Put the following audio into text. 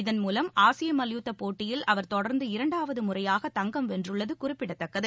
இதன் மூலம் ஆசிய மல்யுத்த போட்டியில் அவர் தொடர்ந்து இரண்டாவது முறையாக தங்கம் வென்றுள்ளது குறிப்பிடத்தக்கது